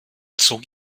zog